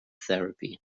therapy